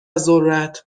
ذرت